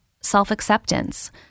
self-acceptance